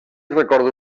recorda